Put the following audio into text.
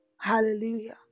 hallelujah